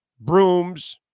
Brooms